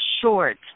short